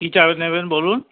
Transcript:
কী চা নেবেন বলুন